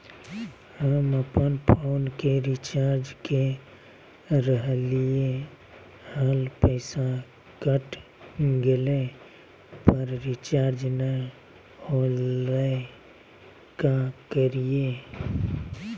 हम अपन फोन के रिचार्ज के रहलिय हल, पैसा कट गेलई, पर रिचार्ज नई होलई, का करियई?